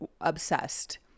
obsessed